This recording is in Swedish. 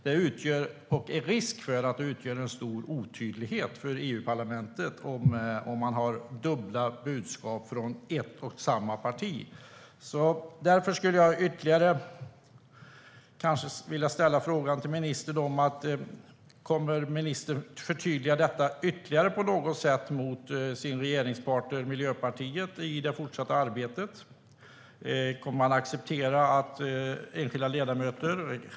Det riskerar att utgöra en stor otydlighet för EU-parlamentet om man har dubbla budskap från ett och samma parti. Jag vill därför fråga ministern: Kommer ministern att förtydliga detta ytterligare på något sätt gentemot sin regeringspartner Miljöpartiet i det fortsatta arbetet, och kommer man att acceptera att enskilda ledamöter driver två linjer i samma parti?